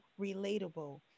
relatable